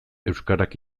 euskarak